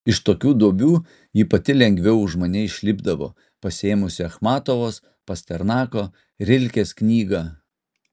iš tokių duobių ji pati lengviau už mane išlipdavo pasiėmusi achmatovos pasternako rilkės knygą